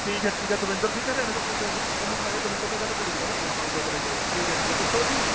ਠੀਕ ਹੈ ਠੀਕ ਹੈ ਦਵਿੰਦਰ ਸਿੰਘ ਹਰਿਆਣੇ ਤੋਂ ਬੋਲਦੇ ਤੁਸੀਂ ਮੈਨੂੰ ਵੈਸੇ ਦਵਿੰਦਰ ਨੇ ਗੱਲ ਕਰੀ ਸੀ ਕਹਿੰਦਾ ਫੋਨ ਆਵੇਗਾ ਤੇਰੇ ਕੋਲ ਠੀਕ ਹੈ ਠੀਕ ਹੈ ਦੱਸੋ ਜੀ